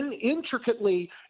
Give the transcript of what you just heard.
intricately